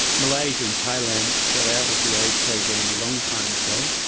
malaysia and thailand fell out of the aid program a long time ago.